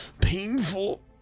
painful